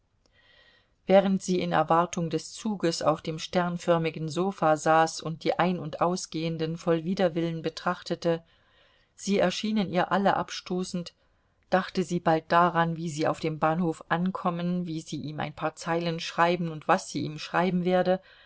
während sie in erwartung des zuges auf dem sternförmigen sofa saß und die ein und ausgehenden voll widerwillen betrachtete sie erschienen ihr alle abstoßend dachte sie bald daran wie sie auf dem bahnhof ankommen wie sie ihm ein paar zeilen schreiben und was sie ihm schreiben werde